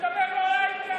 ומדבר לא לעניין.